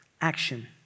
Action